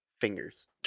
Fingers